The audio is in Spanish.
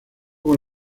con